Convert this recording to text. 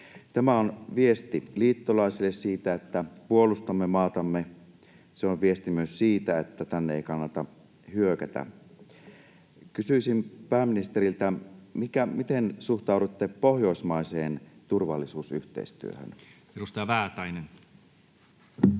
Tämä on viesti liittolaisille siitä, että puolustamme maatamme. Se on viesti myös siitä, että tänne ei kannata hyökätä. Kysyisin pääministeriltä: miten suhtaudutte pohjoismaiseen turvallisuusyhteistyöhön? [Speech 358]